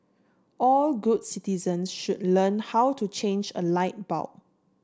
all good citizen should learn how to change a light bulb